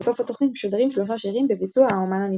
ובסוף התוכנית משודרים שלושה שירים בביצוע האמן הנבחר.